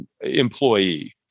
employee